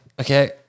Okay